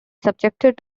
subjected